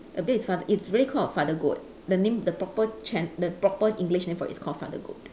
a beard it's fa~ it's really called a father goat the name the proper chan~ the proper english name for it is called father goat